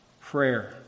prayer